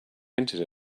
hinted